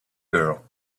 girl